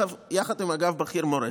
יחד עם אגף בכיר מורשת".